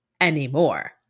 anymore